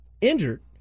injured